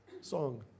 song